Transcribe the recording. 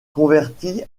converti